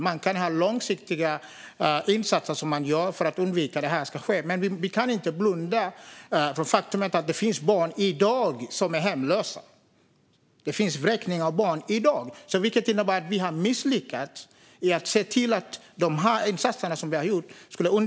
Man kan göra långsiktiga insatser för att undvika att detta sker, men vi kan inte blunda för det faktum att det finns barn i dag som vräks och blir hemlösa. Det innebär att vi har misslyckats med våra insatser.